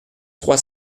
trois